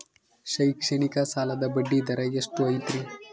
ಶೈಕ್ಷಣಿಕ ಸಾಲದ ಬಡ್ಡಿ ದರ ಎಷ್ಟು ಐತ್ರಿ?